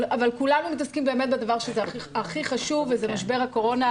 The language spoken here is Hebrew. אבל כולנו מתעסקים באמת בדבר שהוא הכי חשוב וזה משבר הקורונה,